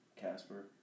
Casper